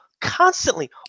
constantly